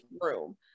room